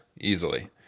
easily